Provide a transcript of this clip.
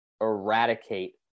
eradicate